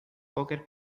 qualquer